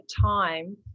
time